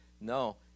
no